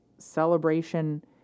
celebration